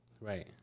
right